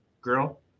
girl